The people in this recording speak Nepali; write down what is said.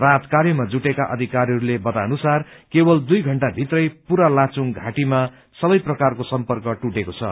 राहत कार्यमा जुटेका अधिकारीहरूले बताएनुसार केवल दुइ घण्टा भित्रमै पूरा लाचुंग घाटीमा सबै प्रकारको सम्पर्क टुटेको छ